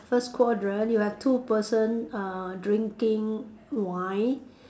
first quadrant you have two person uh drinking wine